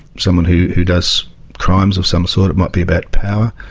someone who who does crimes of some sort, it might be about power,